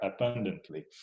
abundantly